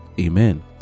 Amen